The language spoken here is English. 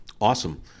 Awesome